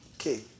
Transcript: Okay